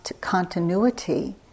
continuity